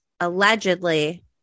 Allegedly